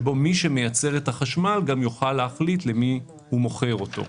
שבהן מי שמייצר את החשמל יוכל גם להחליט למי הוא מוכר אותו.